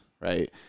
right